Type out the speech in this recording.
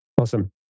Awesome